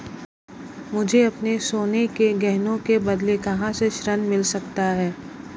मुझे अपने सोने के गहनों के बदले कहां से ऋण मिल सकता है?